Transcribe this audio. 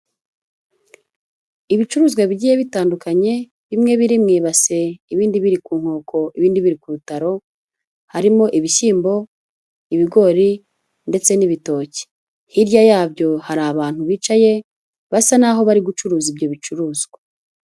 Ibicuruzwa bigiye bitandukanye, bimwe biri mu ibase, ibindi biri ku nkoko, ibindi biri ku rutaro, harimo ibishyimbo, ibigori ndetse n'ibitoki, hirya yabyo hari abantu bicaye basa naho bari gucuruza ibyo bicuruzwa.